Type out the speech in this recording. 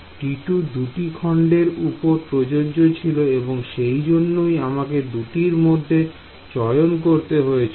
T2 দুটি খন্ডের উপর প্রযোজ্য ছিল এবং সেই জন্যই আমাকে দুটির মধ্যে চয়ন করতে হয়েছিল